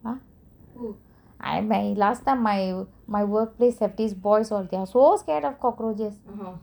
my last time my work place have these boys they are so scared of cockroaches